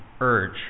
urge